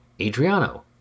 Adriano